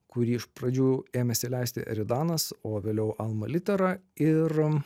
kurį iš pradžių ėmėsi leisti eridanas o vėliau alma litera ir